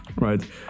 Right